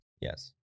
Yes